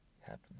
happen